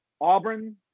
Auburn